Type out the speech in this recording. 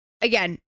again